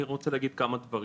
אני רוצה להגיד כמה דברים.